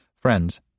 Friends